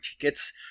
tickets